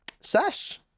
Sash